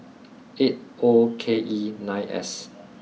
eight O K E nine S